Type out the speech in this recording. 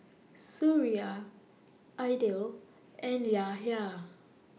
Suria Aidil and Yahya